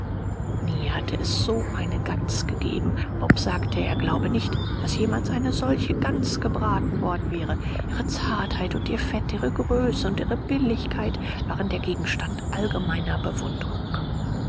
nie hatte es so eine gans gegeben bob sagte er glaube nicht daß jemals eine solche gans gebraten worden wäre ihre zartheit und ihr fett ihre größe und ihre billigkeit waren der gegenstand allgemeiner bewunderung